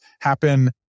happen